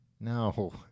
No